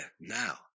now